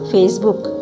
Facebook